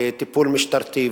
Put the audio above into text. טיפול משטרתי,